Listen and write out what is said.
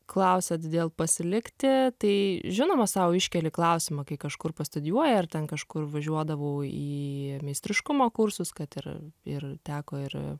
klausiat dėl pasilikti tai žinoma sau iškeli klausimą kai kažkur pastudijuoji ar ten kažkur važiuodavau į meistriškumo kursus kad ir ir teko ir